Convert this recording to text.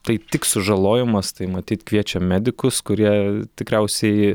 tai tik sužalojimas tai matyt kviečia medikus kurie tikriausiai